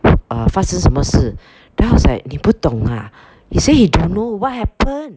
err 发生什么事 then I was like 你不懂 ah he say he know what happen